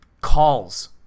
calls